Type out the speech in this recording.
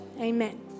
Amen